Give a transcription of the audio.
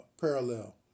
parallel